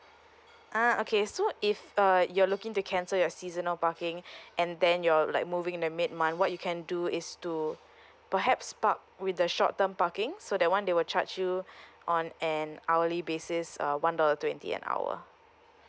ah okay so if uh you're looking to cancel your seasonal parking and then you're like moving in the mid month what you can do is to perhaps park with the short term parking so that [one] they will charge you on an hourly basis uh one dollar twenty an hour